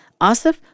Asif